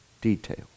detail